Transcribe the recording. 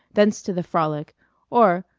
thence to the frolic or,